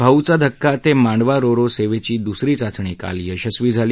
भाऊचा धक्का ते Mandwa ro ro सेवेची द्सरी चाचणी काल यशस्वी झाली